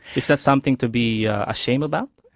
is that something to be ashamed about?